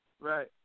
Right